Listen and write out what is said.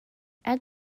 add